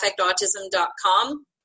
affectautism.com